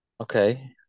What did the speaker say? Okay